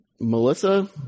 Melissa